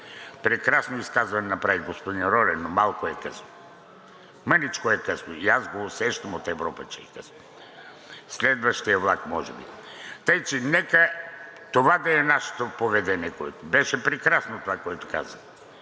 Прекрасно изказване направи господин Лорер, но малко е късно. Мъничко е късно! И аз го усещам от Европа, че е късно. Следващият влак може би. Така че нека това да е нашето поведение. Беше прекрасно това, което каза,